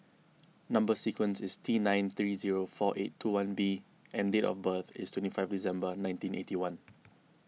Number Sequence is T nine three zero four eight two one B and date of birth is twenty five December nineteen eighty one